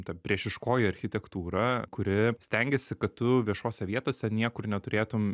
ta priešiškoji architektūra kuri stengiasi kad tu viešose vietose niekur neturėtum